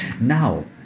Now